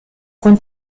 con